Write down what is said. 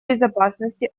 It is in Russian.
безопасности